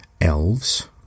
elves